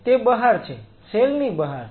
તે બહાર છે સેલ ની બહાર છે